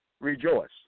Rejoice